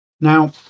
Now